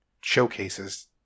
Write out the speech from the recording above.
showcases